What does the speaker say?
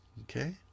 okay